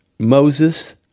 Moses